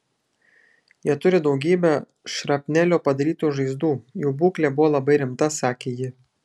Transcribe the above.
jie turi daugybę šrapnelio padarytų žaizdų jų būklė buvo labai rimta sakė ji